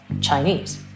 Chinese